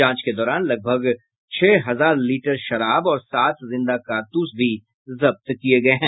जांच के दौरान लगभग छह हजार लीटर शराब और सात जिंदा कारतूस भी जब्त किये गये हैं